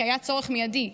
כי היה צורך מיידי.